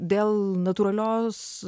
dėl natūralios